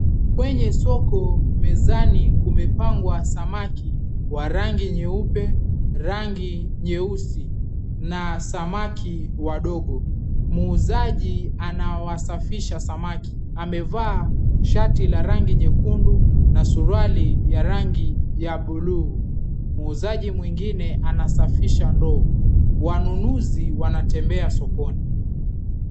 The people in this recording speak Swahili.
Kwenye soko mezani kume pangwa samaki wa rangi nyeupe rangi nyeusi na samaki wadogo muuzaji ana wasafisha samaki amevaa shati la rangi nyekundu na surali ya bluu na muuzaji mwengine ansafisha ndoo wanunuzi wanatembea sokoni.